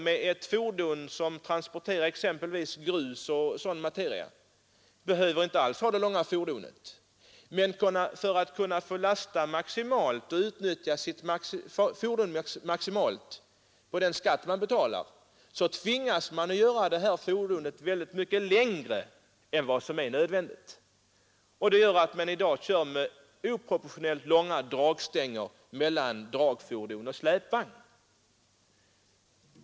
De som transporterar grus och sådan materia behöver inte alls ha det långa fordonet, men för att kunna få lasta maximalt, och därigenom utnyttja sitt fordon maximalt i förhållande till den skatt de betalar, tvingas de att göra fordonet väldigt mycket längre än vad som skulle vara nödvändigt. Det gör att man i dag kör med oproportionerligt långa dragstänger mellan fordon och släpvagn.